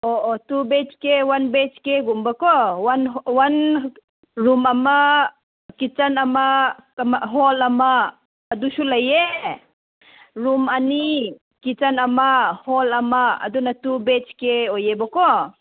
ꯑꯣ ꯑꯣ two beds ꯀꯦ ꯋꯥꯟ ꯕꯦꯗꯁꯀꯦ ꯒꯨꯝꯕ ꯀꯣ ꯋꯥꯟ ꯔꯨꯝ ꯑꯃ ꯀꯤꯆꯟ ꯑꯃ ꯍꯣꯜ ꯑꯃ ꯑꯗꯨꯁꯨ ꯂꯩꯌꯦ ꯔꯨꯝ ꯑꯅꯤ ꯀꯤꯠꯆꯤꯟ ꯑꯃ ꯍꯣꯜ ꯑꯃ ꯑꯗꯨꯅ ꯇꯨ ꯕꯦꯗꯁꯀꯦ ꯑꯣꯏꯌꯦꯕꯀꯣ